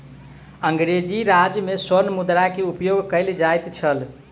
अंग्रेजी राज में स्वर्ण मुद्रा के उपयोग कयल जाइत छल